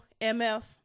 MF